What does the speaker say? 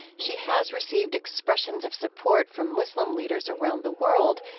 she has received expressions of support from muslim leaders around the world,